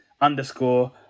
underscore